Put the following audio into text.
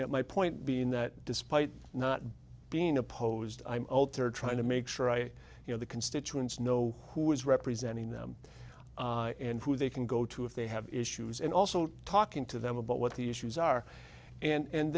at my point being that despite not being opposed i'm told they're trying to make sure i you know the constituents know who is representing them and who they can go to if they have issues and also talking to them about what the issues are and